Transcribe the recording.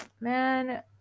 man